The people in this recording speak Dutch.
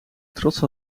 trots